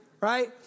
right